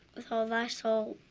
with all thy soul,